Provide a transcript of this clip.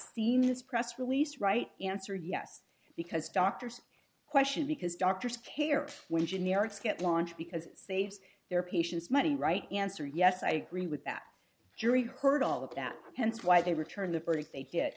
seen his press release right answer yes because doctors question because doctors care when generics get launched because it saves their patients money right answer yes i agree with that jury heard all of that hence why they return the verdict they get